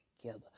together